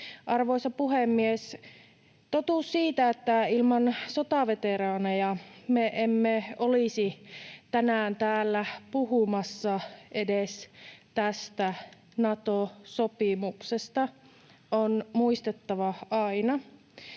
Arvoisa puhemies! Totuus siitä, että ilman sotaveteraaneja me emme olisi tänään täällä puhumassa edes tästä Nato-sopimuksesta, on muistettava aina.